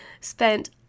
spent